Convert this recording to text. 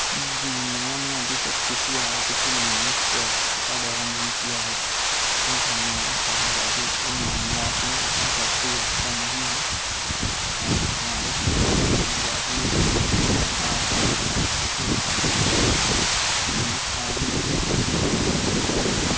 جی میں نے ابھی تک کسی آرٹ کی نمائش یا ایکسپو کا دورہ نہیں کیا ہے کیونکہ ہمارا شہر ابھی ان معاملات میں اتنا ترقی یافتہ نہیں ہے ہمارے شہر والوں کو ابھی بھی لگتا ہے کہ آرٹ اور کرافٹ کے متعلق ہندوستان میں ان چیزوں کا کوئی مستقبل نہیں ہے